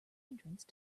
entrance